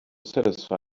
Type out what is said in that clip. satisfy